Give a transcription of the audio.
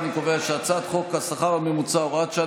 אני קובע שהצעת חוק השכר הממוצע (הוראת שעה,